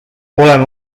oleme